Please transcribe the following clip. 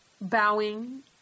bowing